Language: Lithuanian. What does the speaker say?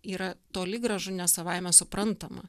yra toli gražu ne savaime suprantama